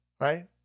right